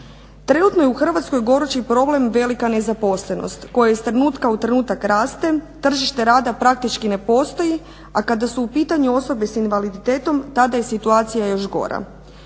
Trenutno je u Hrvatskoj gorući problem velika nezaposlenost koja iz trenutka u trenutak raste, tržište rada praktički ne postoji a kada su u pitanju osobe sa invaliditetom tada je situacija još gora.